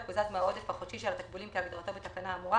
יקוזז מהעודף החודשי של התקבולים כהגדרתו בתקנה האמורה,